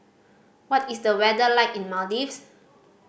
what is the weather like in Maldives